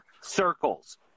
Circles